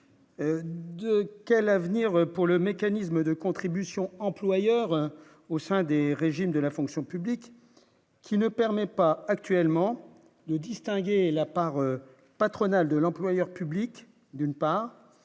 de quel avenir pour le mécanisme de contribution employeur au sein des régimes de la fonction publique qui ne permet pas actuellement de distinguer la part patronale de l'employeur public d'une part,